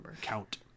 Count